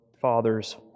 father's